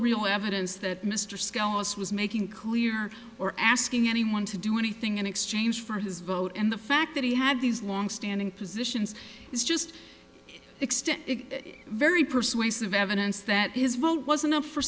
real evidence that mr skelos was making clear or asking anyone to do anything in exchange for his vote and the fact that he had these long standing positions it's just extend it very persuasive evidence that his vote was enough for